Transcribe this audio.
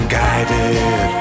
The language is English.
guided